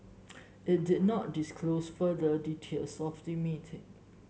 it did not disclose further details of the meeting